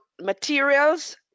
materials